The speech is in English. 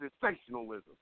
sensationalism